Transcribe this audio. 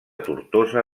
tortosa